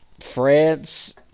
France